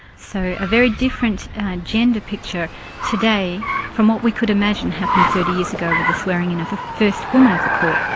so a very different gender picture today from what we could imagine happened thirty years ago with the swearing-in of the first woman of the court,